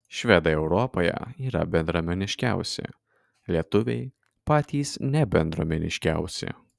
švedai europoje yra bendruomeniškiausi lietuviai patys nebendruomeniškiausi